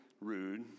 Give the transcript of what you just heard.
rude